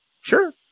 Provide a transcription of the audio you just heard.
sure